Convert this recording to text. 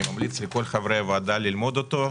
אני ממליץ לכל חברי הוועדה ללמוד אותו,